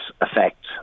effect